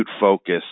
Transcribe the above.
focus